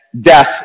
death